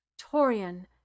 Torian